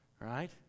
right